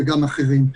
וגם אחרים.